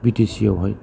बि टि सियाव हाय